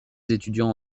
étudiants